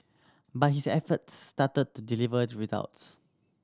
but his efforts started to deliver results